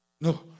no